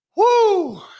Woo